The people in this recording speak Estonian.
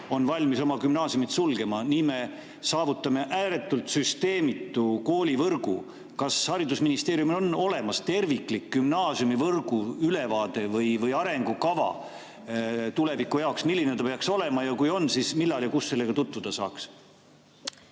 on valmis oma gümnaasiumid sulgema. Nii me saavutame ääretult süsteemitu koolivõrgu. Kas haridusministeeriumil on olemas terviklik gümnaasiumivõrgu ülevaade või arengukava tuleviku jaoks, milline see peaks olema? Ja kui on, siis millal ja kus sellega tutvuda saaks?